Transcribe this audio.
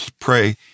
pray